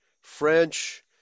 French